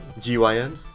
GYN